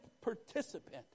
participant